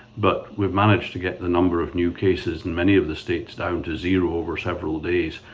but we've managed to get the number of new cases in many of the states down to zero over several days.